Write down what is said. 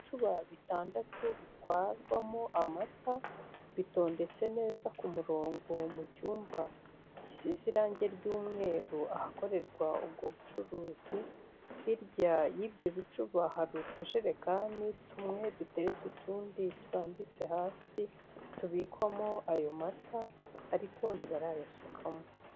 Ibicuba bitandatu bitwarwamo amata, bitondetse neza ku murongo mu cyumba gisize irange ry'umweru ahakorerwa ubwo bucuruzi, hirya y'ibyo bicuba hari utujerekani tumwe duteretse, utundi rurambitse hasi tubikwamo ayo mata ariko ntibarayasukamo.